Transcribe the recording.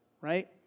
right